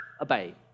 obey